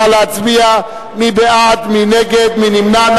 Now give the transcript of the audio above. נא להצביע, מי בעד, מי נגד, מי נמנע?